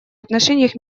отношениях